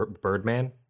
Birdman